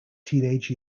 teenage